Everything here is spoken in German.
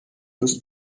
fürs